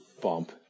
bump